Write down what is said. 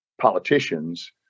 politicians